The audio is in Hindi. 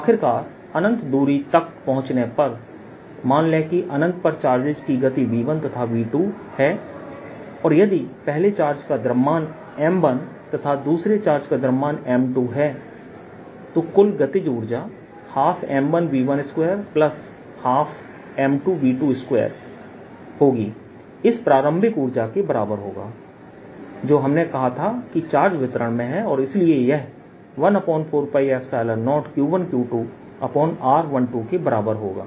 आखिरकार अनंत दूरी तक पहुँचने पर मान लें कि अनंत पर चार्जेस की गति v1 और v2 है और यदि पहले चार्ज का द्रव्यमान m1 तथा दूसरे चार्ज का द्रव्यमान m2 है तो कुल गतिज ऊर्जा 12m1v1212m2v22 इस प्रारंभिक ऊर्जा के बराबर होगा जो हमने कहा था कि चार्ज वितरण में है और इसलिए यह 140Q1Q2r12 के बराबर होगा